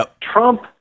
Trump